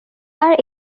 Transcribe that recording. তাৰ